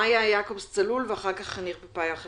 מאיה יעקבס מצלול, בבקשה.